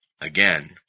again